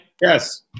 Yes